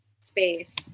space